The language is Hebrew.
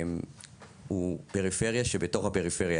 הוא פריפריה שבתוך הפריפריה.